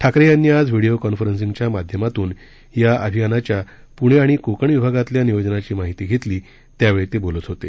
ठाकरे यांनी आज व्हिडिओ कॉन्फरन्सिंगच्या माध्यमातून या अभियानाच्या पूणे आणि कोकण विभागातल्या नियोजनाची माहिती घेतली त्यावेळी ते बोलत होते